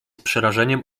przerażeniem